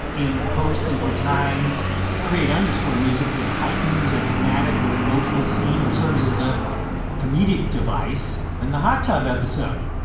in post is the time to create underscore music that heightens a dramatic or emotional scene, or serves as a comedic device in the hot tub episode,